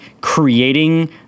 creating